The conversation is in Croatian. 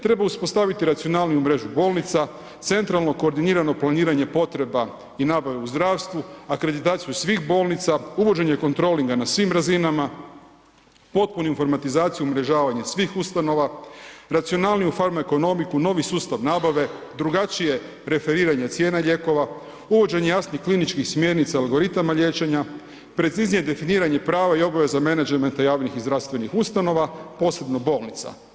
Treba uspostaviti racionalniju mrežu bolnica, centralno koordinirano planiranje potreba i nabave u zdravstvu, akreditaciju svih bolnica, uvođenje kontrolinga na svim razinama, potpunu informatizaciju, umrežavanje svih ustanova, racionalniju farmaekonomiku, novi sustav nabave, drugačije referiranje cijena lijekova, uvođenje jasnih kliničkih smjernica algoritama liječenja, preciznije definiranje prava i obveza ... te javnih i zdravstvenih ustanova posebno bolnica.